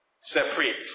Separate